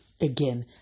again